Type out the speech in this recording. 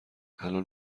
الان